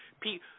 Pete